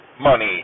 money